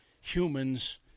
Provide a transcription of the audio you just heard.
humans